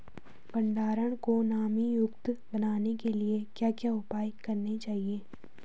भंडारण को नमी युक्त बनाने के लिए क्या क्या उपाय करने चाहिए?